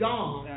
God